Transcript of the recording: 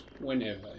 whenever